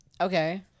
Okay